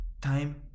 time